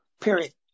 Period